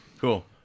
Cool